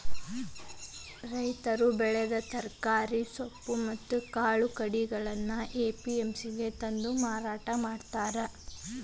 ರೈತರು ಬೆಳೆದ ತರಕಾರಿ, ಸೊಪ್ಪು ಮತ್ತ್ ಕಾಳು ಕಡಿಗಳನ್ನ ಎ.ಪಿ.ಎಂ.ಸಿ ಗೆ ತಂದು ಮಾರಾಟ ಮಾಡ್ತಾರ